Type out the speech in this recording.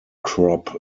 crop